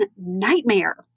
nightmare